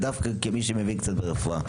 דווקא כמי שמבין קצת ברפואה.